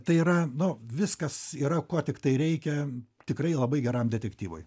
tai yra nu viskas yra ko tiktai reikia tikrai labai geram detektyvui